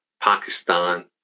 Pakistan